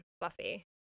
Buffy